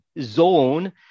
zone